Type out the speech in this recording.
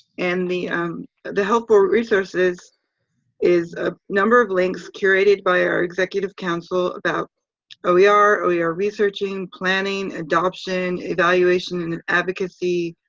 and the the helpful resources is a number of links curated by our executive council about oer, oer yeah researching, planning, adoption, evaluation and and advocacy,